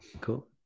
cool